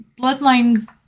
bloodline